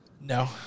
no